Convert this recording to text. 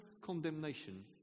condemnation